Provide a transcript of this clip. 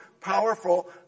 powerful